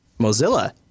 Mozilla